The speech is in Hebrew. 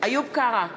איוב קרא,